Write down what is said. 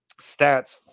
stats